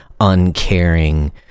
uncaring